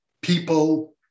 people